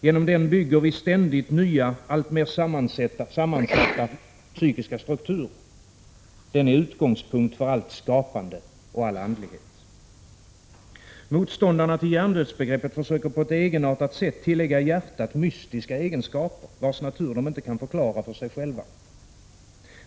Genom den bygger vi ständigt upp nya alltmer sammansatta psykiska strukturer. Den är utgångspunkten för allt skapande och all andlighet. Motståndarna till hjärndödsbegreppet försöker på ett egendomligt sätt tillägga hjärtat mystiska egenskaper, vars natur de inte kan förklara för sig själva.